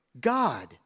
God